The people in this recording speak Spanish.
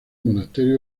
monasterio